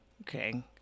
okay